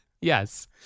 Yes